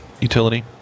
utility